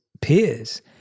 peers